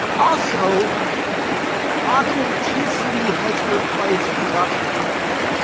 also authenticity has replaced production value.